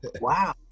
wow